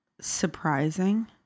surprising